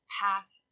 path